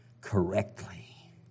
correctly